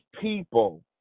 people